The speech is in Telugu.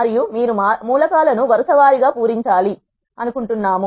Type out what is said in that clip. మరియు మీరు మూలకాలను వరుస వారీగాపూరించాలి అనుకుంటున్నా ము